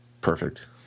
perfect